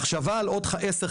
מחשבה על עוד עשר,